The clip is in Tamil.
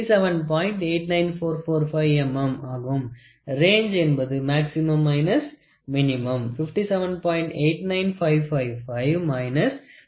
89445 mm Range Maximum - Minimum 57